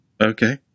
Okay